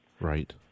right